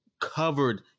covered